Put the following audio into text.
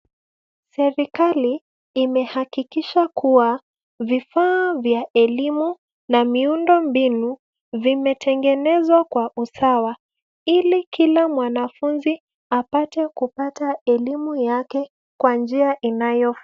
Serikali imehakikisha kuwa vifaa vya elimu na miundombinu vimetengenezwa kwa usawa ili kila mwanafunzi apate kupata elimu yake kwa njia inayofaa.